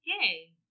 Yay